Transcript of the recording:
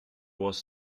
was